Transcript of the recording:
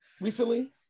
Recently